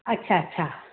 अच्छा अच्छा